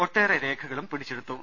ഒട്ടേറെ രേഖകളും പിടിച്ചെടുത്തു